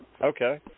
Okay